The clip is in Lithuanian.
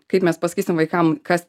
kaip mes pasakysim vaikams kas